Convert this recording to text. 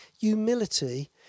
humility